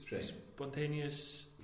spontaneous